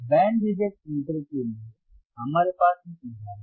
अब band reject filter के लिए हमारे पास एक उदाहरण है